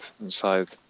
inside